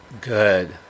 good